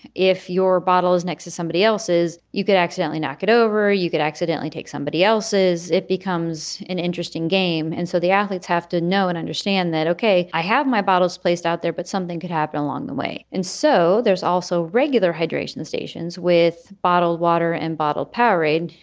if your bottle is next to somebody else's, you could accidentally knock it over. you could accidentally take somebody else's. it becomes an interesting game. and so the athletes have to know and understand that, ok, i have my bottles placed out there, but something could happen along the way. and so there's also regular hydration stations with bottled water and bottled powerade.